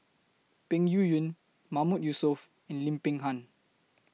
Peng Yuyun Mahmood Yusof Lim Peng Han